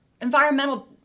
environmental